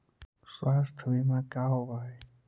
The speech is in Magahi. स्वास्थ्य बीमा का होव हइ?